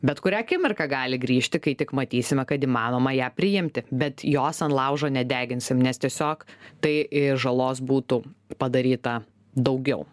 bet kurią akimirką gali grįžti kai tik matysime kad įmanoma ją priimti bet jos ant laužo nedeginsim nes tiesiog tai žalos būtų padaryta daugiau